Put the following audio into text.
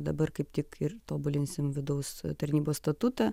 dabar kaip tik ir tobulinsim vidaus tarnybos statutą